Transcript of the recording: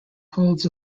holds